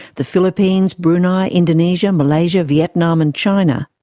the philippines, brunei, indonesia, malaysia, vietnam and china.